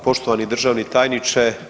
Poštovani državni tajniče.